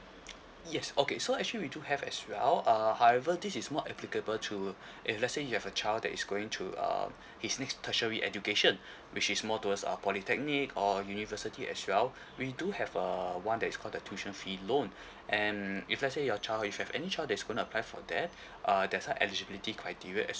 yes okay so actually we do have as well err however this is more applicable to if let say you have a child that is going to um his next tertiary education which is more towards uh polytechnic or university as well we do have err one that is called the tuition fee loan and if let say your child and if you've any child that's gonna apply for that uh there's a eligibility criteria as